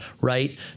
right